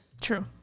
True